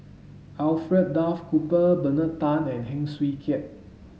Alfred Duff Cooper Bernard Tan and Heng Swee Keat